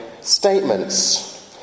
statements